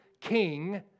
king